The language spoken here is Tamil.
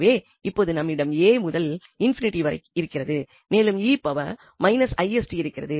எனவே இப்பொழுது நம்மிடம் a முதல் ∞ வரை இருக்கிறது மேலும் 𝑒−𝑠𝑡 இருக்கிறது